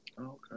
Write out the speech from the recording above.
Okay